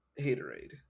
haterade